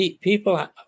people